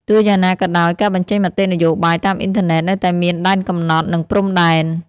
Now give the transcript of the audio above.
ទោះយ៉ាងណាក៏ដោយ ការបញ្ចេញមតិនយោបាយតាមអ៊ីនធឺណិតនៅតែមានដែនកំណត់ និងព្រំដែន។